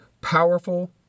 powerful